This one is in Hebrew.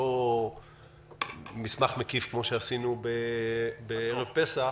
לא מסמך מקיף כפי שעשינו בערב פסח